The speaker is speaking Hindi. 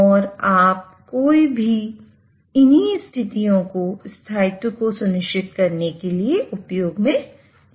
और आप कोई भी इन्हीं स्थितियों को स्थायित्व को सुनिश्चित करने के लिए उपयोग में ला सकते हैं